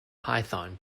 python